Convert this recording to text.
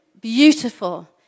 beautiful